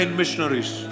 missionaries